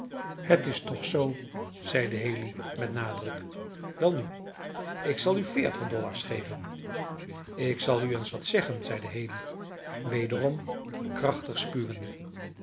het is toch zoo zeide haley met nadruk welnu ik zal u veertig dollars geven ik zal u eens wat zeggen zeide haley wederom krachtig spuwende